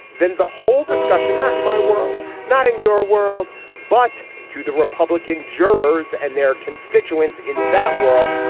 then the whole discussion. not in my world not in your world but to the republican jurors and their constituents in that world.